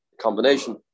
combination